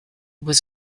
was